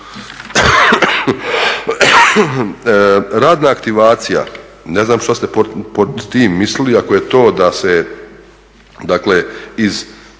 Radna aktivacija, ne znam što ste pod tim mislili. Ako je to da se, dakle iz